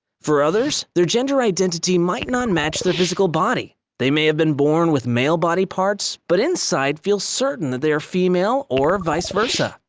for others, their gender identity might not match their physical body. they may have been born with male body parts but inside feel certain that they are female, or vice versa.